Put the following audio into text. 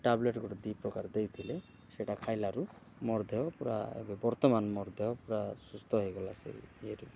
tablet ଗୁଟେ ଦୁଇ ପ୍ରକାର ଦେଇଥିଲେ ସେଇଟା ଖାଇଲାରୁ ମୋର ଦେହ ପୂରା ଏବେ ବର୍ତ୍ତମାନ ମୋର ଦେହ ପୂରା ସୁସ୍ଥ ହୋଇଗଲା ସେ ଇଏରୁ